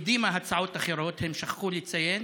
שהקדימה הצעות אחרות הם שכחו לציין,